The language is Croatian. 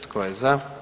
Tko je za?